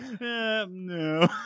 no